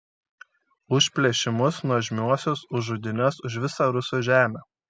už plėšimus nuožmiuosius už žudynes už visą rusų žemę